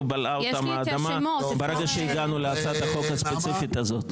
בלעה אותם האדמה ברגע שהגענו להצעת החוק הספציפית הזאת.